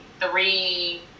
three